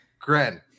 Gren